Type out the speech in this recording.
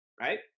right